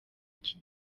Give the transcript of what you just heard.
iki